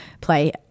play